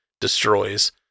destroys